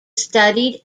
studied